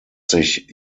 sich